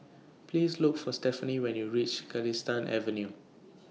Please Look For Stefanie when YOU REACH Galistan Avenue